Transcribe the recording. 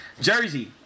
Jersey